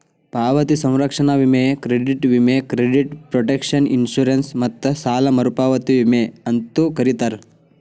ಪಾವತಿ ಸಂರಕ್ಷಣಾ ವಿಮೆ ಕ್ರೆಡಿಟ್ ವಿಮೆ ಕ್ರೆಡಿಟ್ ಪ್ರೊಟೆಕ್ಷನ್ ಇನ್ಶೂರೆನ್ಸ್ ಮತ್ತ ಸಾಲ ಮರುಪಾವತಿ ವಿಮೆ ಅಂತೂ ಕರೇತಾರ